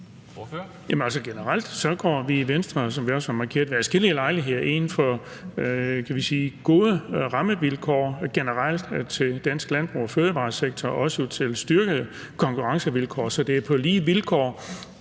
Generelt går vi i Venstre, som vi også har markeret ved adskillige lejligheder, ind for gode rammevilkår for dansk landbrug og fødevaresektor for at styrke konkurrencevilkårene, så det er på lige vilkår.